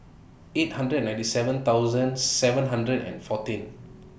eight hundred and ninety seven thousand seven hundred and fourteen